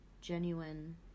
genuine